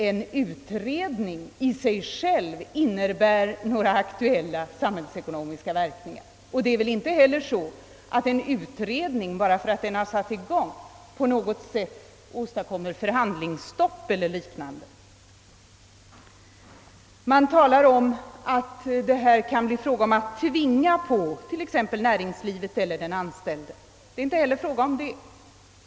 En utredning medför väl inte i sig själv några samhällsekonomiska verkningar? Inte heller åstadkommer väl en utredning, bara för att den har tillsatts, förhandlingsstopp eller dylikt? Man framställer också saken så som om det kan bli fråga om att tvinga på näringslivet eller den anställde en längre sammanhängande ledighet. Inte heller detta är riktigt.